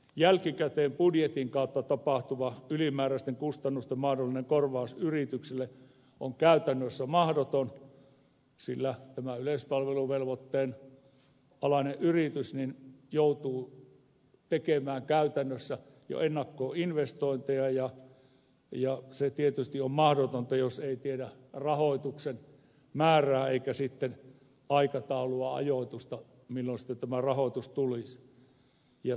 jälkikäteen budjetin kautta tapahtuva ylimääräisten kustannusten mahdollinen korvaus yrityksille on käytännössä mahdoton sillä tämä yleispalveluvelvoitteen alainen yritys joutuu tekemään käytännössä jo ennakkoon investointeja ja se tietysti on mahdotonta jos ei tiedä rahoituksen määrää eikä aikataulua ajoitusta milloin tämä rahoitus tulisi